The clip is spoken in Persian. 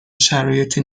شرایط